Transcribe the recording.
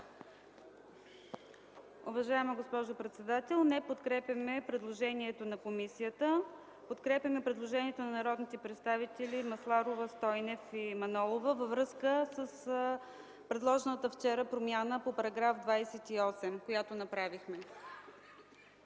Уважаема госпожо председател, не подкрепяме предложението на комисията. Подкрепяме предложението на народните представители Масларова, Стойнев и Манолова във връзка с предложената вчера промяна по § 28, която направихме.